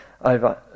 over